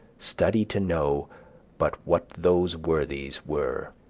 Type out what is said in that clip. study to know but what those worthies were.